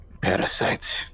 Parasites